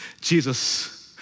Jesus